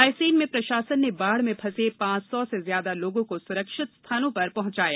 रायसेन में प्रशासन ने बाढ़ में फंसे पांच सौ से ज्यादा लोगों को सुरक्षित स्थानों पर पहुंचाया